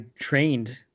trained